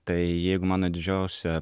tai jeigu mano didžiausia